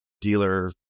dealer